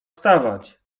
wstawać